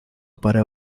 para